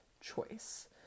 choice